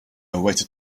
waited